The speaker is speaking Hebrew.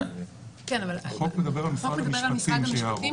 החוק מדבר שם על משרד המשפטים.